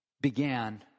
began